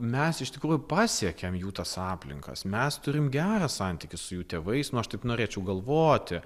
mes iš tikrųjų pasiekėm jų tas aplinkas mes turim gerą santykį su jų tėvais nu aš taip norėčiau galvoti